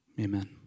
Amen